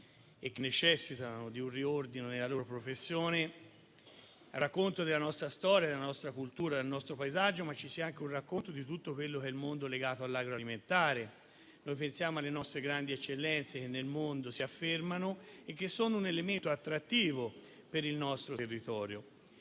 che necessitano di un riordino della loro professione, oltre al racconto della nostra storia, della nostra cultura e del nostro paesaggio, fanno anche un racconto di tutto quello che è il mondo legato all'agroalimentare. Pensiamo alle nostre grandi eccellenze, che si affermano nel mondo e che sono un elemento attrattivo per il nostro territorio.